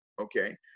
okay